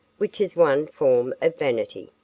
which is one form of vanity.